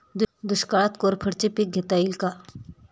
दुष्काळात कोरफडचे पीक घेता येईल का?